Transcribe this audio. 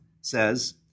says